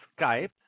Skype